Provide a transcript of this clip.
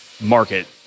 market